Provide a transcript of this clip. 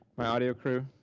my audio crew?